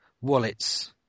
wallets